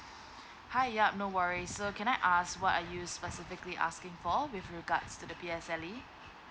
hi yup no worries so can I ask what are you specifically asking for with regards to the P_S_L_E